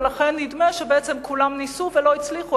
ולכן נדמה שבעצם כולם ניסו ולא הצליחו,